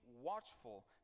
watchful